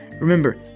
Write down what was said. remember